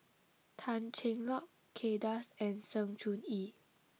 Tan Cheng Lock Kay Das and Sng Choon Yee